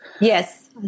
Yes